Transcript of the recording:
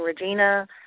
Regina